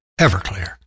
Everclear